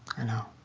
i know.